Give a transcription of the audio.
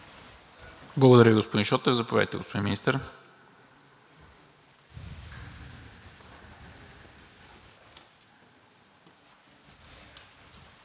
Благодаря, господин Шотев. Заповядайте, господин Министър.